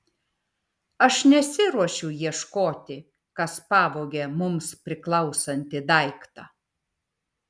aš nesiruošiu ieškoti kas pavogė mums priklausantį daiktą